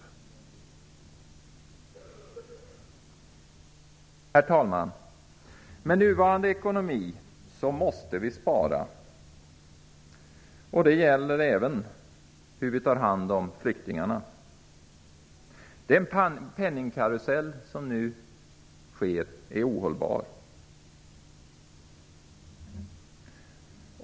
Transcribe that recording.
Herr talman! Med nuvarande ekonomi måste vi spara, även när det gäller omhändertagandet av flyktingarna. Den nuvarande penningkarusellen är ohållbar.